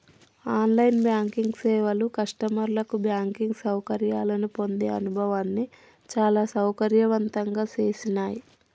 on line banking సేవలు కస్టమర్లకు banking సౌకర్యాలను పొందే అనుభవాన్ని చాలా సౌకర్యవంతంగా చేసినాయ్